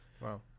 Wow